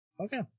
Okay